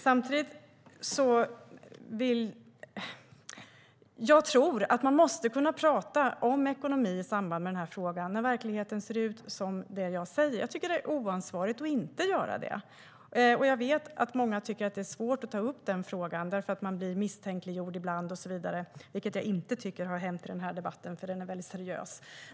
Jag tycker att man måste kunna prata om ekonomi i samband med den här frågan, när verkligheten ser ut som den gör. Jag tycker att det är oansvarigt att inte göra det. Jag vet att många tycker att det är svårt att ta upp frågan, eftersom man ibland blir misstänkliggjord, vilket jag inte tycker har hänt i den här debatten, för den är mycket seriös.